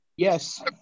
Yes